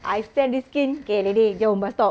I send riskin okay ready jom bus stop